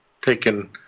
taken